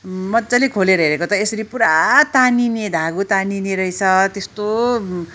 मजाले खोलेर हेरेको त यसरी पुरा तानिने घागो तानिने रहेछ त्यस्तो